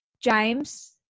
james